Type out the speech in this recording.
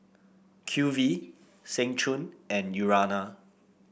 Q V Seng Choon and Urana